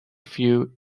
few